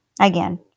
Again